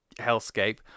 hellscape